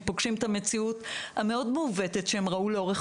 פוגשים את המציאות המאוד מעוותת שהם ראו לאורך